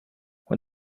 when